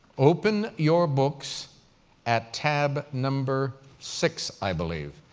open your books at tab number six, i believe,